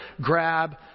grab